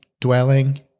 dwelling